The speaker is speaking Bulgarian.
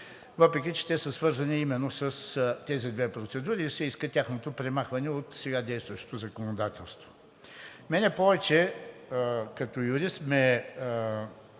въпреки че те са свързани именно с тези две процедури и се иска тяхното премахване от сега действащото законодателство. Мен повече като юрист ме